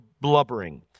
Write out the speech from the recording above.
blubbering